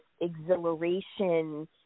exhilaration